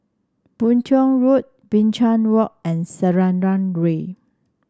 Boon Tiong Road Binchang Walk and Selarang Way